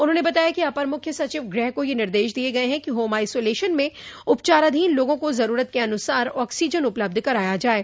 उन्होंने बताया कि अपर मुख्य सचिव गृह को यह निर्देश दिये गये हैं कि होम आइसोलशन में उपचाराधीन लोगों को जरूरत के अनुसार ऑक्सीजन उलपब्ध कराया जाये